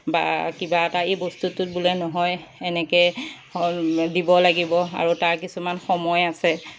বা কিবা এটা এই বস্তুটোত বোলে নহয় এনেকৈ দিব লাগিব আৰু তাৰ কিছুমান সময় আছে